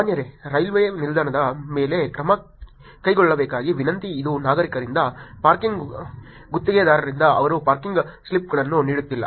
ಮಾನ್ಯರೇ railway ನಿಲ್ದಾಣದ ಮೇಲೆ ಕ್ರಮ ಕೈಗೊಳ್ಳಬೇಕಾಗಿ ವಿನಂತಿ ಇದು ನಾಗರಿಕರಿಂದ ಪಾರ್ಕಿಂಗ್ ಗುತ್ತಿಗೆದಾರರಿಂದ ಅವರು ಪಾರ್ಕಿಂಗ್ ಸ್ಲಿಪ್ಗಳನ್ನು ನೀಡುತ್ತಿಲ್ಲ